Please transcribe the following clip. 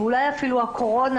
ואולי אפילו הקורונה,